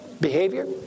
behavior